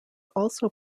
also